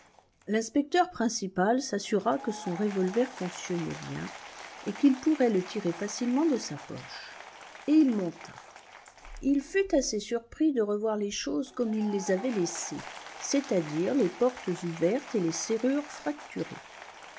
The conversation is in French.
l'inspecteur principal s'assura que son revolver fonctionnait bien et qu'il pourrait le tirer facilement de sa poche et il monta il fut assez surpris de revoir les choses comme il les avait laissées c'est-à-dire les portes ouvertes et les serrures fracturées